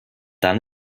dann